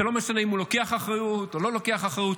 זה לא משנה אם הוא לוקח אחריות או לא לוקח אחריות,